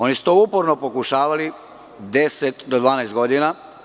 Oni su to uporno pokušavali 10 do 12 godina.